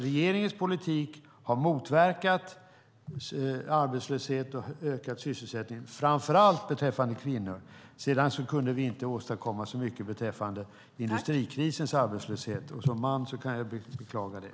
Regeringens politik har alltså motverkat arbetslöshet och ökat sysselsättningen framför allt beträffande kvinnor. Sedan kunde vi inte åstadkomma så mycket beträffande industrikrisens arbetslöshet, och som man kan jag beklaga det.